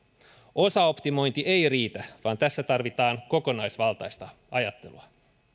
osaoptimointi ei riitä vaan tässä tarvitaan kokonaisvaltaista ajattelua